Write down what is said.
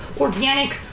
Organic